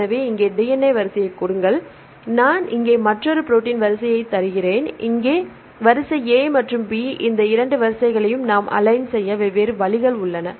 எனவே இங்கே DNA வரிசையை கொடுங்கள் நான் இங்கே மற்றொரு ப்ரோடீன் வரிசையை தருகிறேன் இது இங்கே வரிசை A மற்றும் B இந்த 2 வரிசைகளையும் நாம் அலைன் செய்ய வெவ்வேறு வழிகள் உள்ளன